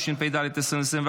התשפ"ד 2024,